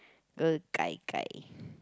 the gai-gai